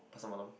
Pasar-Malam